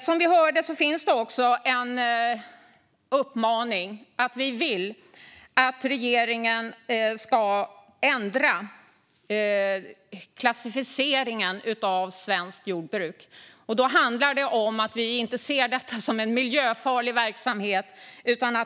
Som vi hörde föreslås också en uppmaning där vi vill att regeringen ska ändra klassificeringen av svenskt jordbruk. Då handlar det om att vi inte ser detta som en miljöfarlig verksamhet.